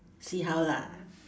see how lah